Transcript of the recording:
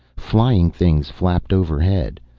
flying things flapped overhead.